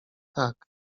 tak